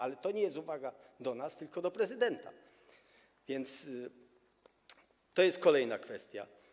Ale to nie jest uwaga do nas, tylko do prezydenta, to jest kolejna kwestia.